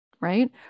right